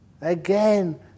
again